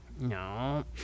No